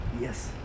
Yes